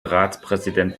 ratspräsident